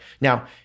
Now